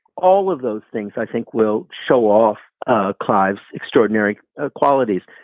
all of those things, i think, will show off clive's extraordinary ah qualities.